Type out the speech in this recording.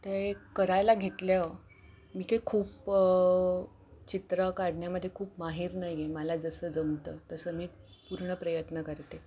ते करायला घेतल्यावर मी ते खूप चित्र काढण्यामध्ये खूप माहिर नाही आहे मला जसं जमतं तसं मी पूर्ण प्रयत्न करते